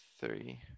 three